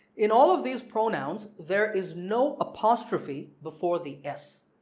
in all of these pronouns there is no apostrophe before the s.